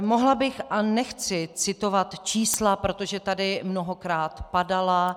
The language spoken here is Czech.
Mohla bych, a nechci citovat čísla, protože tady mnohokrát padala.